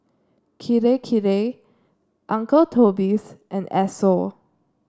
Kirei Kirei Uncle Toby's and Esso